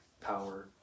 power